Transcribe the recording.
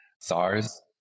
SARS